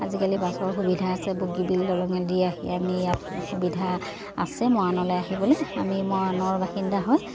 আজিকালি বাছৰ সুবিধা আছে বগীবিল দলঙে দি আহি আমি ইয়াত সুবিধা আছে মৰাণলৈ আহিবলৈ আমি মৰাণৰ বাসিন্দা হয়